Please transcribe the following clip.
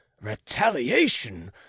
retaliation